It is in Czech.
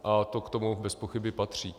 A to k tomu bezpochyby patří.